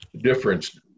difference